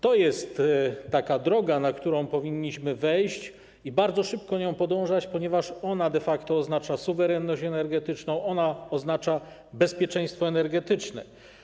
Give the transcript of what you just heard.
To jest droga, na którą powinniśmy wejść, i bardzo szybko nią podążać, ponieważ ona de facto oznacza suwerenność energetyczną, ona oznacza bezpieczeństwo energetyczne.